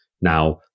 now